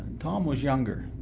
um was younger.